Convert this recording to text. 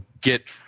get